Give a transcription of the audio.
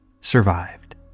survived